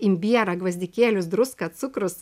imbierą gvazdikėlius druską cukrus